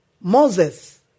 Moses